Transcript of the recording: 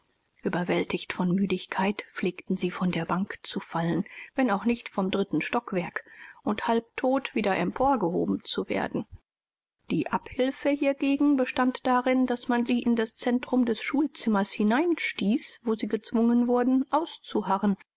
überwältigt von müdigkeit pflegten sie von der bank zu fallen wenn auch nicht vom dritten stockwerk und halbtot wieder emporgehoben zu werden die abhilfe hiergegen bestand darin daß man sie in das centrum des schulzimmers hineinstieß wo sie gezwungen wurden auszuharren